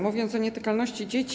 Mówiąc o nietykalności dzieci.